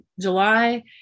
July